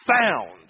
found